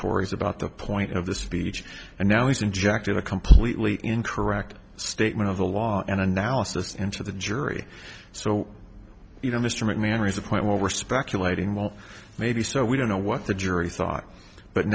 tories about the point of the speech and now he's injected a completely incorrect statement of the law and analysis into the jury so you know mr mcmahon raise the point when we're speculating well maybe so we don't know what the jury thought but